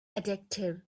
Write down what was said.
addictive